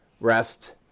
rest